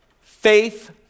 faith